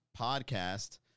Podcast